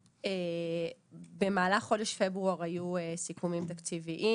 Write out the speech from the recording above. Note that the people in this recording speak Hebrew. במהלך חודש פברואר היו סיכומים תקציביים